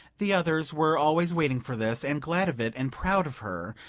the others were always waiting for this, and glad of it and proud of her,